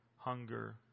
hunger